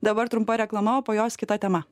dabar trumpa reklama o po jos kita tema